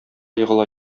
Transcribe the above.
егыла